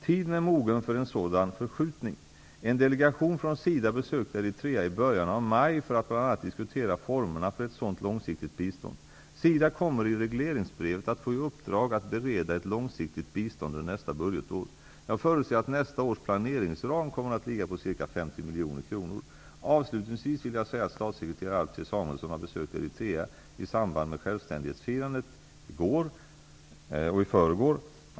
Tiden är mogen för en sådan förskjutning. En delegation från SIDA besökte Eritrea i början av maj för att bl.a. diskutera formerna för ett sådant långsiktigt bistånd. SIDA kommer i regleringsbrevet att få i uppdrag att bereda ett långsiktigt bistånd under nästa budgetår. Jag förutser att nästa års planeringsram kommer att ligga på ca 50 miljoner kronor. Avslutningsvis vill jag säga att statssekreterare Alf T. Samuelsson har besökt Eritrea i samband med självständighetsfirandet i går och i förrgår.